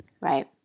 Right